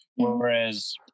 whereas